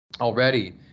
already